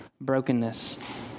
Brokenness